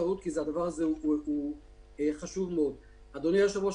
אדוני היושב-ראש,